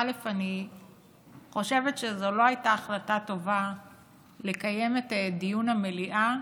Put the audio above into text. אני חושבת שזו לא הייתה החלטה טובה לקיים את דיון המליאה